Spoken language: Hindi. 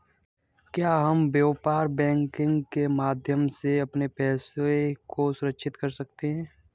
क्या हम व्यापार बैंकिंग के माध्यम से अपने पैसे को सुरक्षित कर सकते हैं?